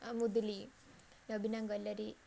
Muduli Nabina ଗଲରୀ